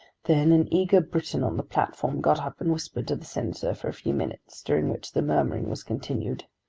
then an eager briton on the platform got up and whispered to the senator for a few minutes, during which the murmuring was continued.